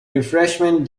refreshment